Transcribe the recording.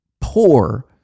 poor